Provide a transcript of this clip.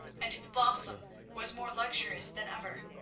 and its blossom was more luxurious than ever.